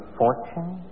fortune